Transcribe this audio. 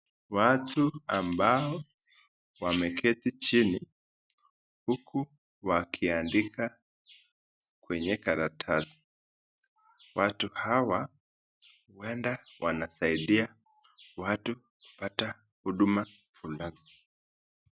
Watu ambao wameketi chini uku wakiandika kwenye karatasi. Watu hawa ueda wanasaidia watu kupata huduma fulani.